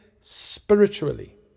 spiritually